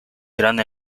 grande